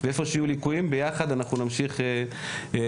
ואיפה שיהיו ליקויים ביחד אנחנו נמשיך לתקנם.